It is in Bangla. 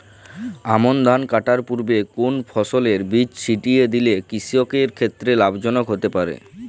আমন ধান কাটার পূর্বে কোন ফসলের বীজ ছিটিয়ে দিলে কৃষকের ক্ষেত্রে লাভজনক হতে পারে?